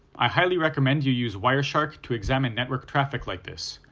i highly recommend you use wireshark to examine network traffic like this,